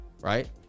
right